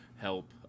help